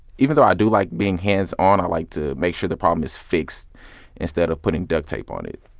even though i do like being hands-on, i like to make sure the problem is fixed instead of putting duct tape on it.